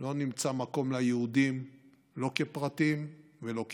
לא נמצא מקום ליהודים לא כפרטים ולא כעם.